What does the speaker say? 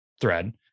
thread